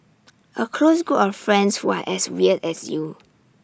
A close group of friends who are as weird as you